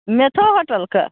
meso होटलकेऽ